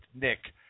Nick